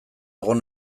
egon